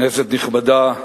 כנסת נכבדה,